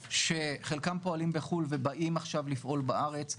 שחלקם פועלים בחו"ל ובאים עכשיו לפעול בארץ.